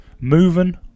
Moving